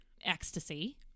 ecstasy